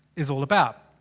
is all about.